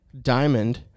diamond